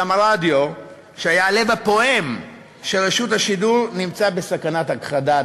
גם הרדיו שהיה הלב הפועם של רשות השידור נמצא בסכנת הכחדה,